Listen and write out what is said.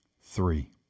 three